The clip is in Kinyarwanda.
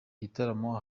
gitaramo